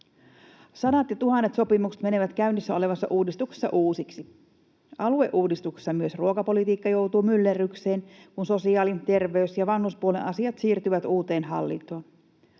Sadat ja tuhannet sopimukset menevät käynnissä olevassa uudistuksessa uusiksi. Alueuudistuksessa myös ruokapolitiikka joutuu myllerrykseen, kun sosiaali‑, terveys‑ ja vanhuspuolen asiat siirtyvät uuteen hallintoon.